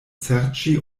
serĉi